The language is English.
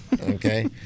Okay